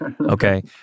Okay